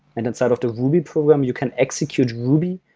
and instead of the ruby program, you can execute ruby,